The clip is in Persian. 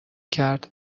کرد